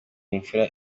imfura